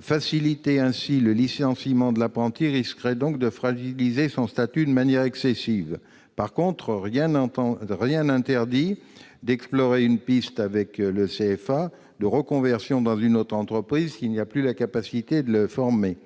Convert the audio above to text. Faciliter ainsi le licenciement de l'apprenti risquerait donc de fragiliser son statut de manière excessive. En revanche, rien n'interdit d'explorer une piste, avec le CFA, de reconversion dans une autre entreprise s'il n'y a plus la capacité de le former.